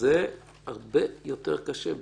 זה הרבה יותר קשה.